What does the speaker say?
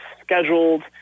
scheduled